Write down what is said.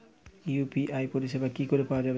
UPI পরিষেবা কি করে পাওয়া যাবে?